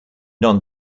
non